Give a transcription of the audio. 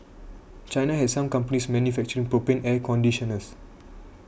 China has some companies manufacturing propane air conditioners